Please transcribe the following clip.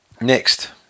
next